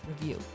review